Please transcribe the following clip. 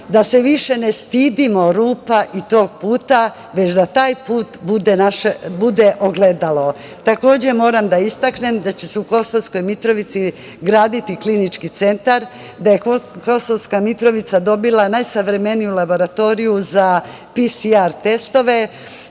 da se više ne stidimo rupa i tog puta, već da taj put bude naše ogledalo. Takođe moram da istaknem da istaknem da će se u Kosovskoj Mitrovici graditi klinički centar, da je Kosovska Mitrovica dobila najsavremeniju laboratoriju za PCR testove